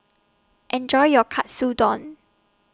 Enjoy your Katsudon